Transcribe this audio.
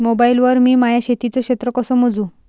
Mobile वर मी माया शेतीचं क्षेत्र कस मोजू?